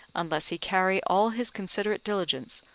unless he carry all his considerate diligence,